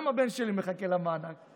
גם הבן שלי מחכה למענק.